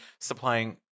Supplying